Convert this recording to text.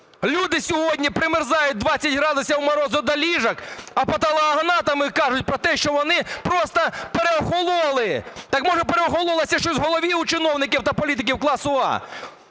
Люди сьогодні примерзають, 20 градусів морозу, до ліжок, а патологоанатоми кажуть про те, що вони просто переохололи. Так, може, переохололося щось у голові в чиновників та політиків класу "А"?